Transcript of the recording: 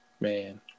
Man